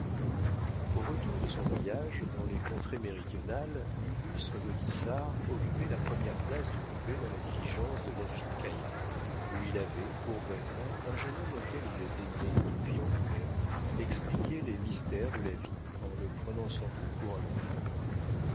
au retour de son voyage dans les contrées méridionales l'illustre gaudissart occupait la première place du coupé dans la diligence de laffitte caillard où il avait pour voisin un jeune homme auquel il daignait depuis angoulême expliquer les mystères de la vie en le prenant sans doute pour un enfant